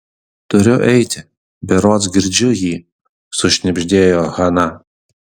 turiu eiti berods girdžiu jį sušnibždėjo hana